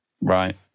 Right